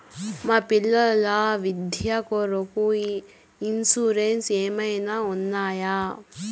మా పిల్లల విద్య కొరకు ఇన్సూరెన్సు ఏమన్నా ఉన్నాయా?